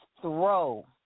throw